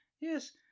yes